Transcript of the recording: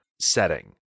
setting